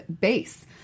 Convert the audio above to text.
base